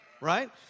right